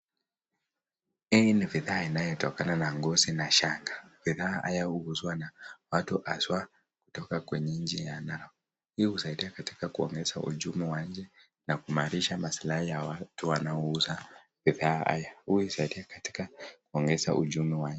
Hii ni bidhaa inayotokana na ngozi na shanga bidhaa haya huzwa na watu haswa, kwenye nchi ya Narok, husaidia kuongeza ujumbe katika uchumi ya nchi na kuongeza kumarisha maslahi kwa watu wanaouza.